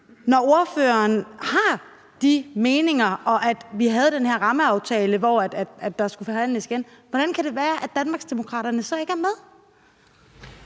Når ordføreren har de meninger og vi havde den her rammeaftale, hvor der skulle forhandles igen, hvordan kan det så være, at Danmarksdemokraterne ikke er med?